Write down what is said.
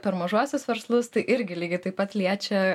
per mažuosius verslus tai irgi lygiai taip pat liečia